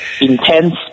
intense